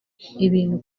ibintu